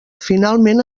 finalment